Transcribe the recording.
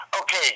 Okay